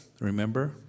remember